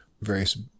various